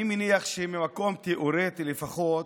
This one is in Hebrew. אני מניח ממקום תיאורטי, לפחות,